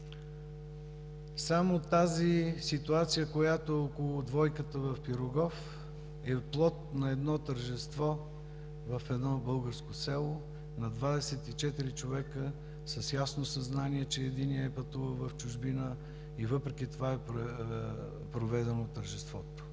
Само тази ситуация, която е около двойката в „Пирогов“, е плод на едно тържество в българско село на 24 човека с ясно съзнание, че единият е пътувал в чужбина, и въпреки това е проведено тържеството.